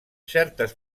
certes